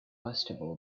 festival